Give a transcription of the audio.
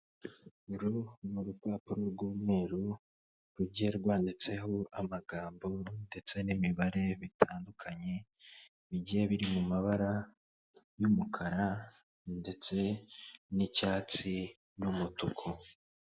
Uru niurupapuro rw'umweru rujya rwanditseho amagambo ndetse n'imibare bitandukanye, bigiye biri mu mabara y'umukara ndetse n'icyatsi n'umutuku.